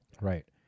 Right